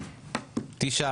תשעה.